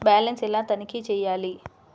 Balance ఎలా తనిఖీ చేయాలి?